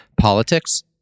politics